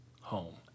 home